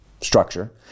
structure